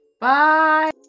bye